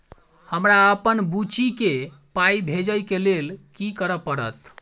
हमरा अप्पन बुची केँ पाई भेजइ केँ लेल की करऽ पड़त?